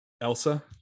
Elsa